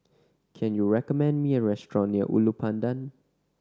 can you recommend me a restaurant near Ulu Pandan